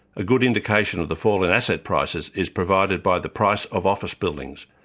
a good indication of the fall in asset prices is provided by the price of office buildings,